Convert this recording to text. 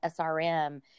SRM